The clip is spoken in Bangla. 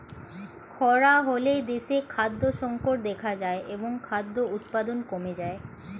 খরা হলে দেশে খাদ্য সংকট দেখা যায় এবং খাদ্য উৎপাদন কমে যায়